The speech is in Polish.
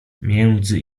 między